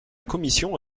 commission